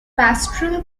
pastoral